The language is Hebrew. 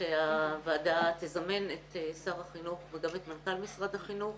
שהוועדה תזמן את שר החינוך וגם את מנכ"ל משרד החינוך